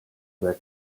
were